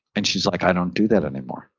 and she's like, i don't do that anymore.